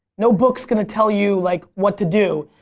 no book's gonna tell you like what to do.